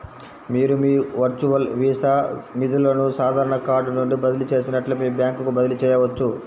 మీరు మీ virtual Visa నిధులను సాధారణ కార్డ్ నుండి బదిలీ చేసినట్లే మీ బ్యాంకుకు బదిలీ చేయవచ్చు